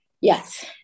Yes